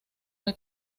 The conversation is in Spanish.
muy